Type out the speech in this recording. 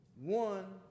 one